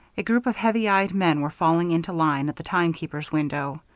a group of heavy-eyed men were falling into line at the timekeeper's window.